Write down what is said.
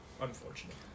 unfortunate